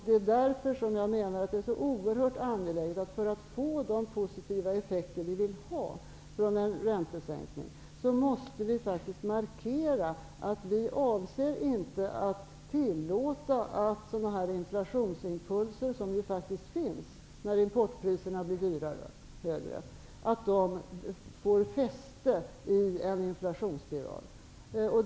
Det är därför jag menar att det är oerhört angeläget att vi, för att få de positiva effekter vi vill ha av en räntesänkning, markerar att vi inte avser att tillåta att sådana inflationsimpulser som faktiskt finns när importpriserna blir högre får fäste i en inflationsspiral.